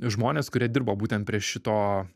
žmonės kurie dirbo būtent prie šito